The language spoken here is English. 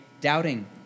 doubting